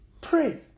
Pray